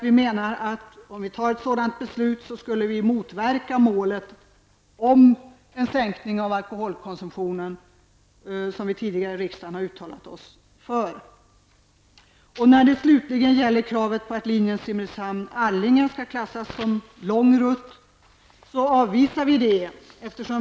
Vi anser att ett sådant beslut skulle motverka målet om en sänkning av alkoholkonsumtionen, som vi i riksdagen tidigare har uttalat oss för. Förslaget att linjen Simrishamn--Allinge skall klassas som lång rutt avvisar utskottsmajoriteten.